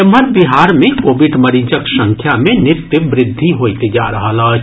एम्हर बिहार मे कोविड मरीजक संख्या मे नित्य वृद्धि होइत जा रहल अछि